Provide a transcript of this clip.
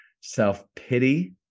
self-pity